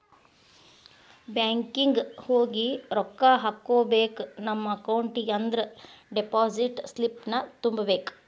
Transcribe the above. banking ಹೋಗಿ ರೊಕ್ಕ ಹಾಕ್ಕೋಬೇಕ್ ನಮ ಅಕೌಂಟಿಗಿ ಅಂದ್ರ ಡೆಪಾಸಿಟ್ ಸ್ಲಿಪ್ನ ತುಂಬಬೇಕ್